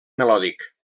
melòdic